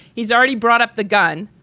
he's already brought up the gun.